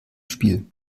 spiel